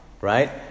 right